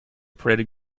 pretty